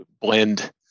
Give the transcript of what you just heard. blend